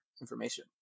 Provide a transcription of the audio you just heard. information